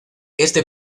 este